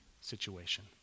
situation